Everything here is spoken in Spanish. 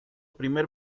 primer